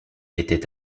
était